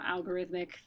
algorithmic